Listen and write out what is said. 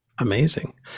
amazing